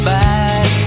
back